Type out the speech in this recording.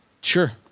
sure